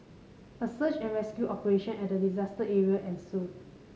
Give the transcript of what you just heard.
a search and rescue operation at the disaster area ensued